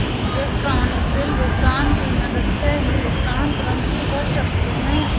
electronic bill भुगतान की मदद से हम भुगतान तुरंत ही कर सकते हैं